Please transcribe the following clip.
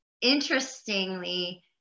interestingly